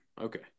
okay